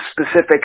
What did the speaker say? specific